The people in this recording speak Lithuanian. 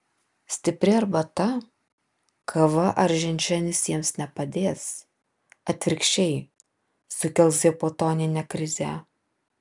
stipri arbata kava ar ženšenis jiems nepadės atvirkščiai sukels hipotoninę krizę